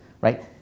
right